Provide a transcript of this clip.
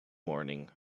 morning